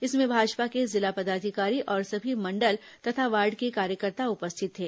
इसमें भाजपा के जिला पदाधिकारी और सभी मंडल तथा वार्ड के कार्यकर्ता उपस्थित थे